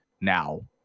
now